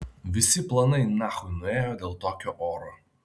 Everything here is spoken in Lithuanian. visi planai nachui nuėjo dėl tokio oro